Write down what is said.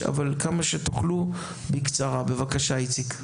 בבקשה, איציק.